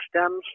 stems